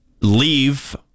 leave